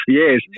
yes